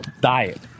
Diet